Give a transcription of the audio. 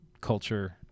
culture